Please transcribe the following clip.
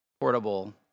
portable